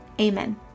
Amen